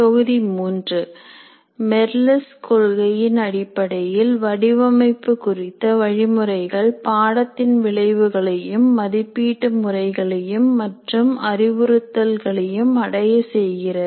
தொகுதி மூன்று மெர்லிஸ் கொள்கையின் அடிப்படையில் வடிவமைப்பு குறித்த வழிமுறைகள் பாடத்தின் விளைவுகளையும் மதிப்பீட்டு முறைகளையும் மற்றும் அறிவுறுத்தல்களையும் அடைய செய்கிறது